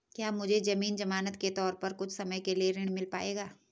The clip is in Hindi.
क्या मुझे ज़मीन ज़मानत के तौर पर कुछ समय के लिए ऋण मिल पाएगा?